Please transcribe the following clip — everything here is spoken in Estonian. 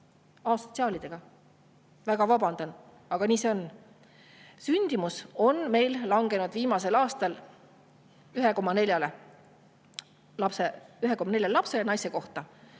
Asotsiaalidega. Väga vabandan, aga nii see on. Sündimus on meil langenud viimasel aastal 1,4 lapsele naise kohta.